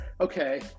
okay